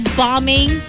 bombing